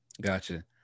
Gotcha